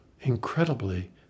incredibly